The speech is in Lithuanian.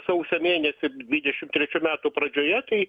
sausio mėnesį dvidešim trečių metų pradžioje tai